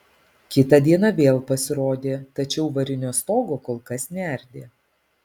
kitą dieną vėl pasirodė tačiau varinio stogo kol kas neardė